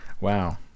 Wow